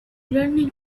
learning